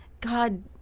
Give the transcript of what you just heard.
God